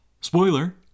Spoiler